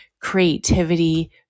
creativity